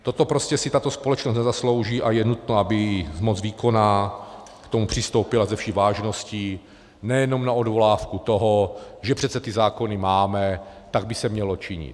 Toto si prostě tato společnost nezaslouží a je nutné, aby moc výkonná k tomu přistoupila se vší vážností, nejenom na odvolávku toho, že přece ty zákony máme, tak by se mělo činit.